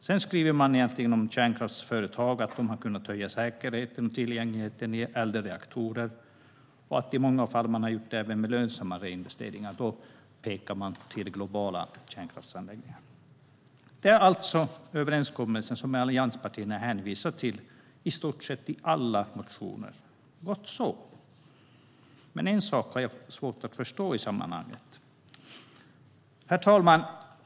Sedan skriver man egentligen om kärnkraftsföretag, att de har kunnat höja säkerheten och tillgängligheten i äldre reaktorer och att de i många fall har gjort det med lönsamma reinvesteringar. Då pekar man på globala kärnkraftsanläggningar. Detta är alltså den överenskommelse som allianspartierna hänvisar till i stort sett i alla motioner. Det är gott så, men en sak har jag svårt att förstå i sammanhanget. Herr talman!